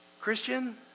Christian